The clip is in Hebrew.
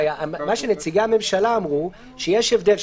כ-2,000 אנשים, שיהיו לגביהם בדיקות מהירות.